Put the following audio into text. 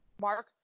Mark